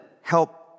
help